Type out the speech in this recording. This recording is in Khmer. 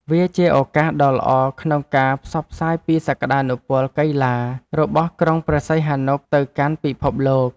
វាជាឱកាសដ៏ល្អក្នុងការផ្សព្វផ្សាយពីសក្ដានុពលកីឡា របស់ក្រុងព្រះសីហនុទៅកាន់ពិភពលោក។